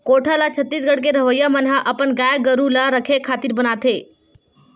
कोठा ल छत्तीसगढ़ के रहवइया मन ह अपन गाय गरु ल रखे खातिर बनाथे